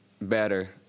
better